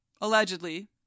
allegedly